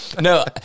No